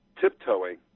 tiptoeing